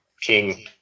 king